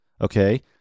okay